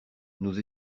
nous